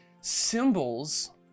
symbols